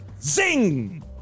zing